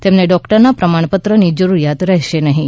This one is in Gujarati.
તેમને ડોક્ટરના પ્રમાણપત્રની જરૂરિયાત રહેશે નહીં